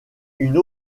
une